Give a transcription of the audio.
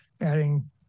adding